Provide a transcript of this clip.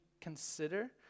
consider